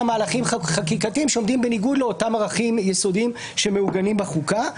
מהלכים חקיקתיים שעומדים בניגוד לאותם ערכים יסודיים שמעוגנים בחוקה,